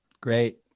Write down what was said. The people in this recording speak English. Great